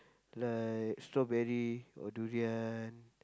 like strawberry or durian